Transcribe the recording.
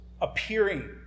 appearing